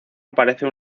aparece